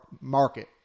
market